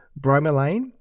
bromelain